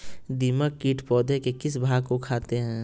दीमक किट पौधे के किस भाग को खाते हैं?